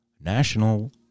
National